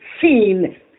seen